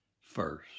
first